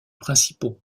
principaux